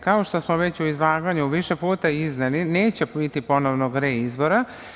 Kao što smo već u izlaganju više puta izneli, neće biti ponovnog reizbora.